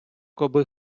коби